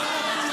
לא, לא.